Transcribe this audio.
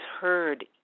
heard